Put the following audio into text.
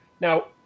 Now